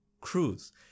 Cruise